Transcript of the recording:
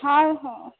ହଉ ହଁ